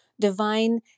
divine